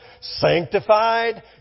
sanctified